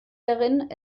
darin